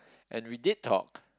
and we did talk